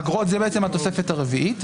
אגרות זה בעצם התוספת הרביעית.